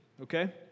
Okay